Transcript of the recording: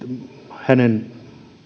hänen